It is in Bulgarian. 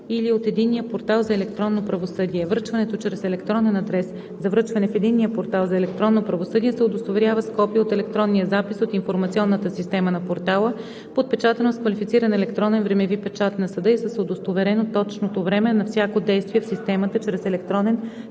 или от единния портал за електронно правосъдие. Връчването чрез електронен адрес за връчване в единния портал за електронно правосъдие се удостоверява с копие от електронния запис от информационната система на портала, подпечатано с квалифициран електронен времеви печат на съда и с удостоверено точното време на всяко действие в системата чрез електронен